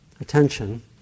attention